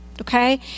okay